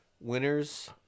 winners